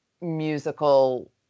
musical